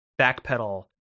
backpedal